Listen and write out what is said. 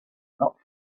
not